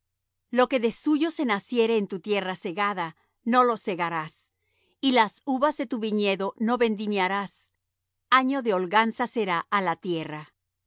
lo que de suyo se naciere en tu tierra segada no lo segarás y las uvas de tu viñedo no vendimiarás año de holganza será á la tierra